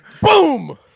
Boom